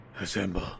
assemble